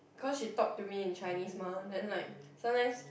cause she talk to me in Chinese mah then like sometimes